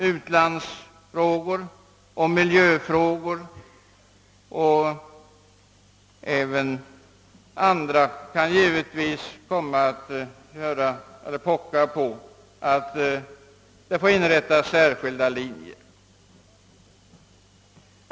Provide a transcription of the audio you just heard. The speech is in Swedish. Utlandsoch miljöfrågor liksom också andra spörsmål kan givetvis komma att pocka på inrättandet av särskilda linjer.